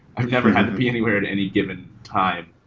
i've never had to be anywhere at any given time.